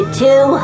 two